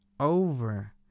over